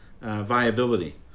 viability